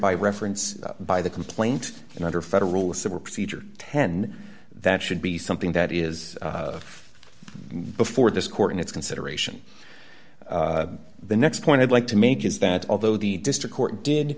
by reference by the complaint and under federal civil procedure ten that should be something that is before this court in its consideration the next point i'd like to make is that although the district court did